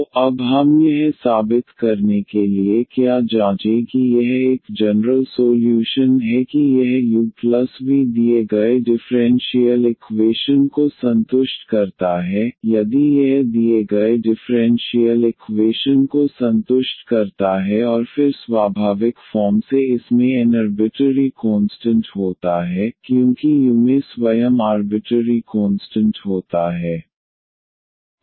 तो अब हम यह साबित करने के लिए क्या जाँचें कि यह एक जनरल सोल्यूशन है कि यह u प्लस v दिए गए डिफरेंशियल इक्वेशन को संतुष्ट करता है यदि यह दिए गए डिफरेंशियल इक्वेशन को संतुष्ट करता है और फिर स्वाभाविक फॉर्म से इसमें n अर्बिटरी कोंस्टंट होता है क्योंकि u में स्वयं आर्बिटरी कोंस्टंट होता है